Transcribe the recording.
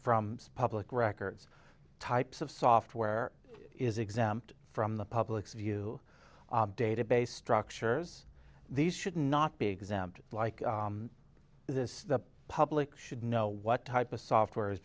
from public records types of software is exempt from the public's view database structures these should not be exempt like this the public should know what type of software is